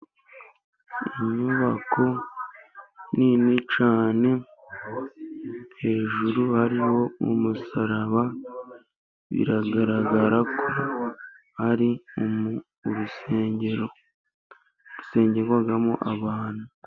Inyubako nini cyane hejuru hariho umusaraba. Biragaragara ko ari urusengero. Urusengero rubamo abantu.